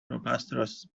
preposterous